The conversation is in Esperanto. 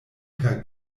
per